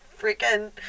freaking